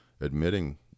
Admitting